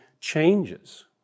changes